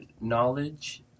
knowledge